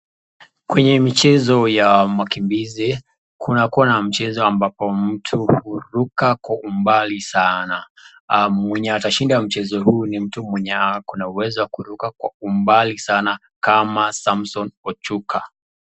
Kwenye michezo ya makimbizi kunakuwa na mchezo ambapo mtu huruka kwa umbali sana, mwenye atashinda mchezo huu ni mtu mwenye akona uwezo wa kuruka kwa umbali sana kama Samson Ochuka.